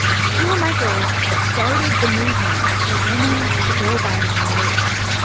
sheila michaels started the movement for women to go by ms,